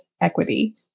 equity